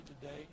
today